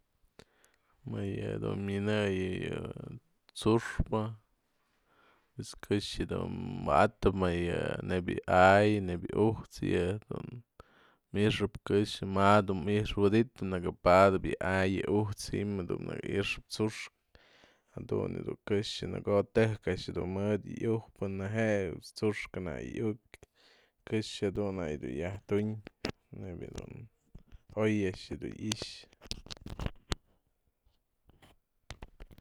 Më yë dun mynëyën yë tsu'uxpë pues këxë wa'adap më yë nebya yë a'ayë nebya u'ujtsë yë jedun mi'ixëp këxë ma'a dun mi'ixwëditëp në'ëkë padap yë a'ayë yë u'ujtsë ji'im jë dun na'akë i'ixap tsu'uxkë jadun dun yë dun këxë në ko'o tëjk a'ax dun mëdë yujpë nëjë'ë tsu'uxkë na'ak yë yu'uk këxë dun na'ak yë yajtu'uny nebyë dun oy a'ax dun i'ix.